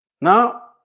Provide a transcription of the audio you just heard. Now